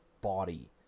body